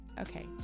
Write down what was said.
okay